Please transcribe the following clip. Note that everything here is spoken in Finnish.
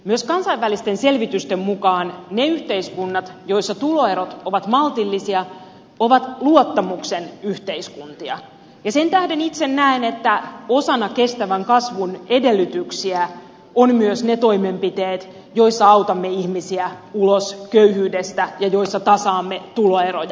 myös kansainvälisten selvitysten mukaan ne yhteiskunnat joissa tuloerot ovat maltillisia ovat luottamuksen yhteiskuntia ja sen tähden itse näen että osana kestävän kasvun edellytyksiä ovat myös ne toimenpiteet joilla autamme ihmisiä ulos köyhyydestä ja joilla tasaamme tuloeroja